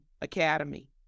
Academy